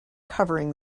covering